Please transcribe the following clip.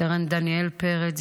סרן דניאל פרץ,